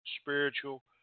spiritual